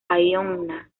ainhoa